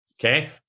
Okay